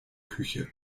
küche